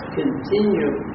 continue